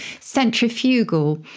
centrifugal